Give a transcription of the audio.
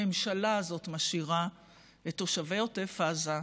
הממשלה הזאת משאירה את תושבי עוטף עזה,